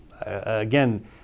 Again